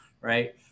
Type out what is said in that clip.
Right